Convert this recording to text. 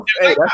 Hey